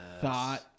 thought